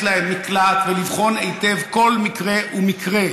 להם מקלט ולבחון היטב כל מקרה ומקרה,